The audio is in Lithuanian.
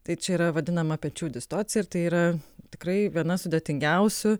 tai čia yra vadinama pečių distocija ir tai yra tikrai viena sudėtingiausių